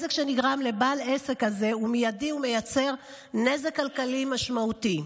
הנזק שנגרם לבעל העסק הזה הוא מיידי ומייצר נזק כלכלי משמעותי.